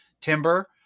timber